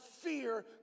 fear